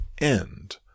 end